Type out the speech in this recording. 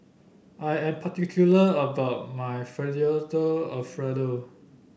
I am particular about my Fettuccine Alfredo